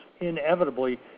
inevitably